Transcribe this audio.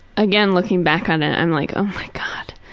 again looking back on it, i'm like oh my god,